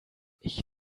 ich